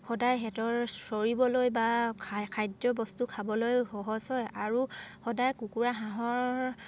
সদায় সিহঁতৰ চৰিবলৈ বা খাদ্য বস্তু খাবলৈ সহজ হয় আৰু সদায় কুকুৰা হাঁহৰ